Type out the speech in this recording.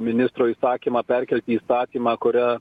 ministro įsakymą perkelti į įsakymą kuria